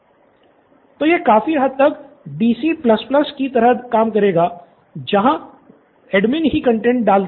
student Siddharth तो यह काफी हद तक DC की तरह काम करेगा जहां व्यवस्थापक ही कंटैंट डालता है